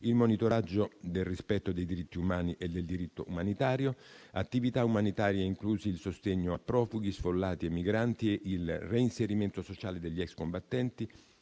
il monitoraggio del rispetto dei diritti umani e del diritto umanitario; attività umanitarie, inclusi il sostegno a profughi, sfollati e migranti e il reinserimento sociale degli ex combattenti;